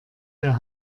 der